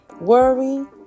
Worry